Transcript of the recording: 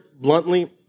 bluntly